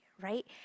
right